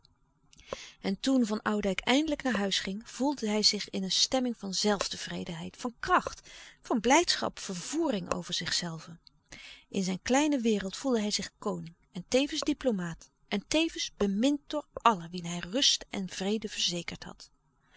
en toen van oudijck eindelijk naar huis ging gevoelde hij zich in een stemming van zelftevredenheid van kracht van blijdschap vervoering over zichzelven in zijn kleine wereld louis couperus de stille kracht voelde hij zich koning en tevens diplomaat en tevens bemind door allen wien hij rust en vrede verzekerd had